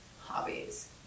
hobbies